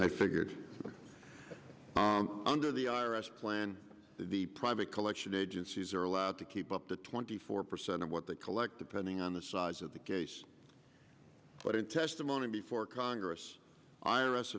i figured under the i r s plan the private collection agencies are allowed to keep up to twenty four percent of what they collect depending on the size of the case but in testimony before congress i